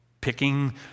picking